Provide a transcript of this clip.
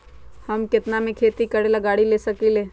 हम केतना में खेती करेला गाड़ी ले सकींले?